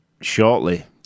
Shortly